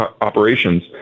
operations